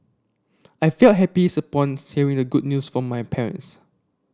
I felt happy hearing the good news from my parents